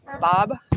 Bob